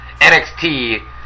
NXT